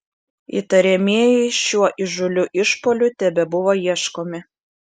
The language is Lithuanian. įtariamieji šiuo įžūliu išpuoliu tebebuvo ieškomi